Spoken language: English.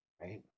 right